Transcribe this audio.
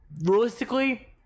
realistically